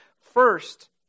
First